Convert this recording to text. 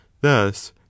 thus